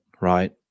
right